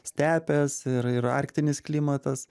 stepės ir ir arktinis klimatas